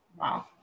Wow